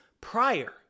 prior